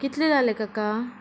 कितले जाले काका